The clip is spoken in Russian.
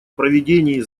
проведении